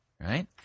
Right